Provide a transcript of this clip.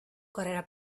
carrera